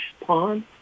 Pond